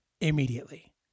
immediately